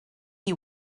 you